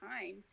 time